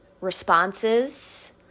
responses